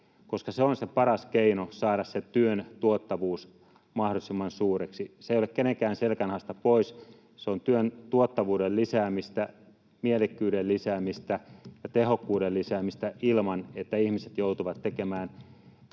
koska se on se paras keino saada työn tuottavuus mahdollisimman suureksi. Se ei ole kenenkään selkänahasta pois, se on työn tuottavuuden lisäämistä, mielekkyyden lisäämistä ja tehokkuuden lisäämistä ilman, että ihmiset joutuvat tekemään